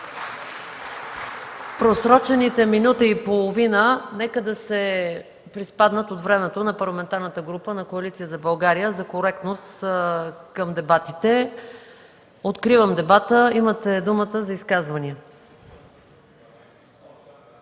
Просрочените минута и половина нека да се приспаднат от времето на Парламентарната група на Коалиция за България за коректност към дебатите. Откривам дебата. Имате думата за изказвания.